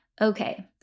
Okay